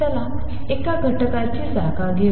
चला एका घटकाची जागा घेऊ